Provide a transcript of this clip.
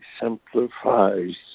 simplifies